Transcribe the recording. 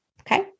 okay